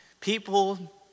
People